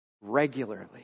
regularly